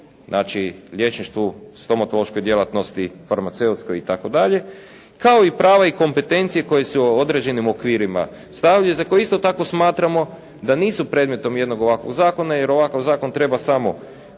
znači liječništvu, stomatološkoj djelatnosti, farmaceutskoj i tako dalje kao i prava i kompetencije koje su u određenim okvirima stavljeni za koje isto tako smatramo da nisu predmetom jednog ovakvog zakona jer ovakav zakon treba samo